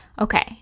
Okay